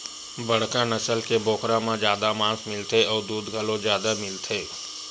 बड़का नसल के बोकरा म जादा मांस मिलथे अउ दूद घलो जादा मिलथे